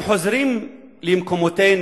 אם חוזרים למקומותינו,